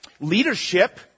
leadership